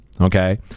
Okay